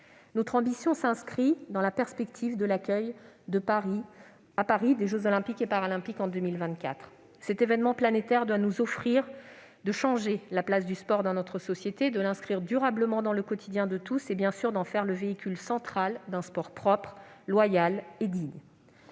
Notre ambition s'inscrit dans la perspective de l'accueil à Paris des jeux Olympiques et Paralympiques en 2024. Cet événement planétaire doit nous permettre de changer la place du sport dans notre société, de l'inscrire durablement dans le quotidien de tous et, bien sûr, d'en faire le véhicule central d'un sport propre, loyal et digne.